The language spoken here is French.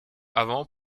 avant